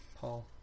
Paul